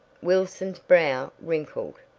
wilson's brow wrinkled.